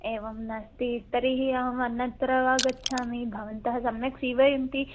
एवं नास्ति तर्हि अहमनन्तरमागच्छामि भवन्तः सम्यक् सीवयन्ति